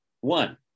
one